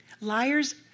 Liars